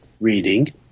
reading